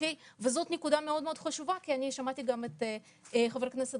זאת נקודה מאוד חשובה כי אני שמעתי גם את חבר הכנסת